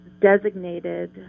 designated